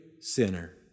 sinner